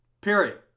period